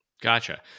Gotcha